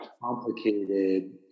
complicated